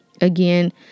again